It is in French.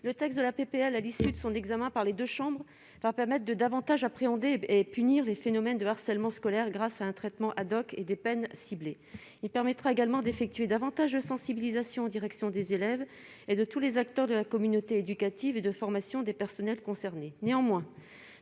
le texte de la PPA le à l'issue de son examen par les 2 chambres leur permettent de davantage appréhender et punir les phénomènes de harcèlement scolaire grâce à un traitement Haddock et des peines, il permettra également d'effectuer davantage de sensibilisation en direction des élèves et de tous les acteurs de la communauté éducative et de formation des personnels concernés,